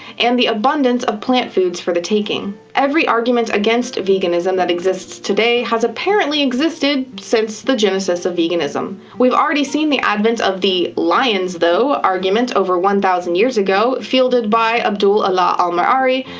and the abundance of plant foods for the taking. every argument against veganism that exists today has apparently existed since the genesis of veganism. we've already seen the advent of the lions, tho argument over one thousand years ago, fielded by abul ala al-ma'arri,